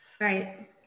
Right